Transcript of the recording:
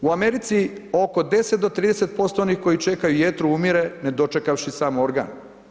U Americi oko 10-30% onih koji čekaju jetru umire ne dočekavši samo organ.